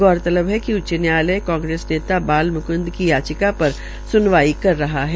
गौरतलब है कि उच्च न्यायालय कांग्रेस नेता बाल मुकुंद की याचिका शर सुनवाई कर रहा है